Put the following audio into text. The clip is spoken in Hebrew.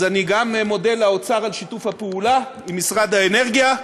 אז אני מודה גם לאוצר על שיתוף הפעולה עם משרד האנרגיה,